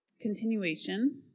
continuation